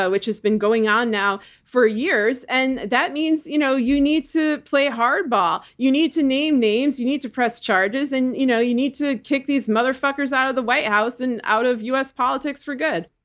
which has been going on now for years. and that means you know you need to play hard ball. you need to name names. you need to press charges and you know you need to kick these motherfuckers out of the white house and out of u. s. politics for good.